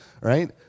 right